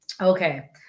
Okay